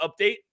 update